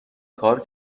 کار